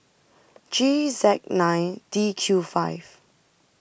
G Z nine D Q five